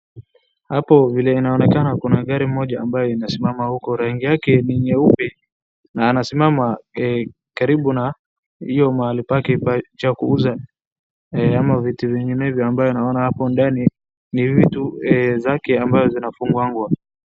Hapo vile inaonekana kuna gari moja ambayo imesimama huko, rangi yake ni nyeupe na anasimama karibu na mahali pake pa kuuza ama vitu zenye naona hapo ndani ni vitu zake ambazo zinafungwanga.